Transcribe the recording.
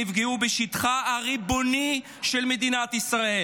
שנפגעו בשטחה הריבוני של מדינת ישראל.